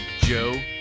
joe